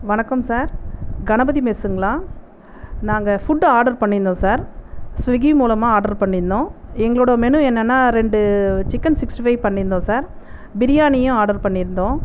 வணக்கம் சார் கணபதி மெஸ்ஸுங்களா நாங்கள் ஃபுட் ஆர்டர் பண்ணியிருந்தோம் சார் ஸ்விக்கி மூலமாக ஆர்டர் பண்ணியிருந்தோம் எங்களோட மெனு என்னென்னா ரெண்டு சிக்கன் சிக்ஸ்டி ஃபைவ் பண்ணியிருந்தோம் சார் பிரியாணியும் ஆர்டர் பண்ணியிருந்தோம்